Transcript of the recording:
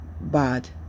bad